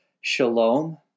shalom